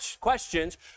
questions